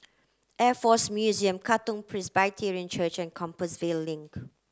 Air Force Museum Katong Presbyterian Church Compassvale Link